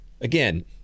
again